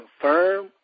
confirm